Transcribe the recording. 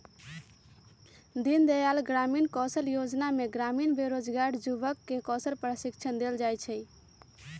दीनदयाल ग्रामीण कौशल जोजना में ग्रामीण बेरोजगार जुबक के कौशल प्रशिक्षण देल जाइ छइ